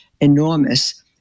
enormous